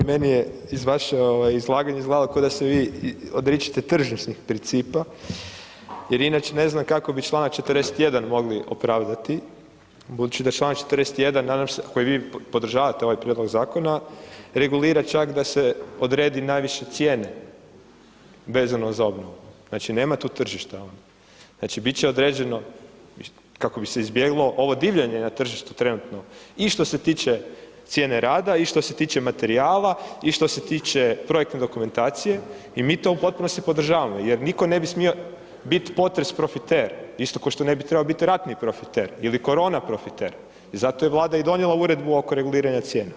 Dobro, meni je iz vaše ovaj izlaganja izgledalo koda se vi odričete tržišnih principa jer inače ne znam kako bi čl. 41. mogli opravdati budući da čl. 41. nadam se, a koji vi podržavate ovaj prijedlog zakona, regulira čak da se odredi najviše cijene vezano za obnovu, znači nema tu tržišta, znači bit će određeno kako bi se izbjeglo ovo divljanje na tržištu trenutno i što se tiče cijene rada i što se tiče materijala i što se tiče projektne dokumentacije i mi to u potpunosti podržavamo jer niko ne bi smio bit potres profiter, isto košto ne bi trebao bit ratni profiter ili korona profiter i zato je vlada i donijela uredbu oko reguliranja cijena.